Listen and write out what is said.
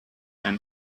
and